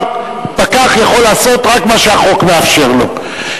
פקח יכול לעשות רק מה שהחוק מאפשר לו.